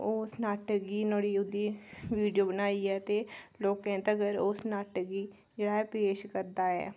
ओह् उस नाटक गी नुहाड़ी ओह्दी वीडियो बनाइयै ते लोकें तकर उस नाटक गी जेह्ड़ा ऐ पेश करदा ऐ